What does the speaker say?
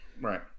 right